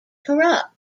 corrupt